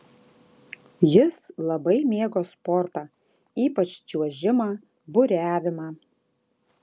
jis labai mėgo sportą ypač čiuožimą buriavimą